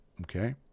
okay